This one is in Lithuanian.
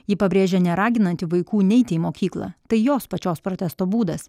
ji pabrėžė neraginanti vaikų neiti į mokyklą tai jos pačios protesto būdas